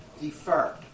defer